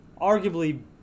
arguably